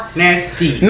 nasty